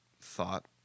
thought